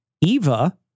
Eva